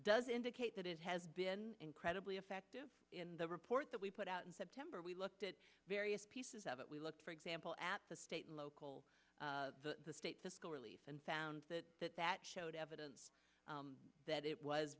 does indicate that it has been incredibly effective in the report that we put out in september we looked at various pieces of it we looked for example at the state and local state and found that that showed evidence that it was